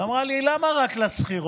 ואמרה לי: למה רק לשכירות?